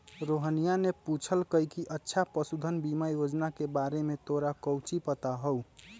रोहिनीया ने पूछल कई कि अच्छा पशुधन बीमा योजना के बारे में तोरा काउची पता हाउ?